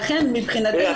לכן מבחינתנו --- תראי,